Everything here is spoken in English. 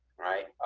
right,